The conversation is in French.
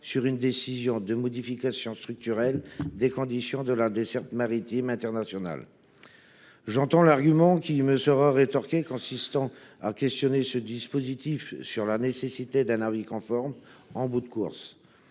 sur une décision de modification structurelle des conditions de la desserte maritime internationale du territoire. J’entends l’argument, qui me sera rétorqué, consistant à questionner la nécessité d’un avis conforme en bout de course.